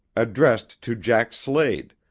addressed to jack slade,